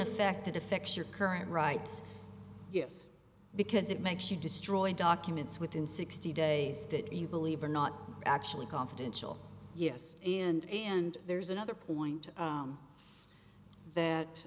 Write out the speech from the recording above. effect that affects your current rights yes because it makes you destroy documents within sixty days that you believe are not actually confidential yes and and there's another point that